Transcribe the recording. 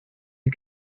you